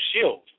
shield